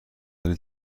ولی